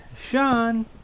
Sean